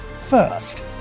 first